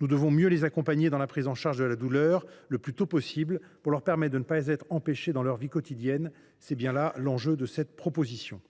Nous devons mieux les accompagner dans la prise en charge de la douleur, le plus tôt possible, pour leur permettre de ne pas être empêchées dans leur vie quotidienne. C’est là l’enjeu. Les auteurs de cette proposition